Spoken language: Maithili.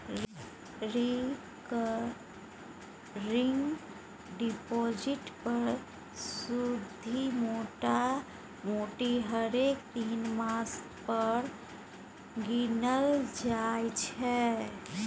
रेकरिंग डिपोजिट पर सुदि मोटामोटी हरेक तीन मास पर गिनल जाइ छै